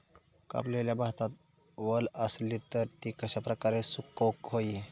कापलेल्या भातात वल आसली तर ती कश्या प्रकारे सुकौक होई?